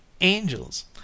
Angels